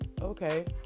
okay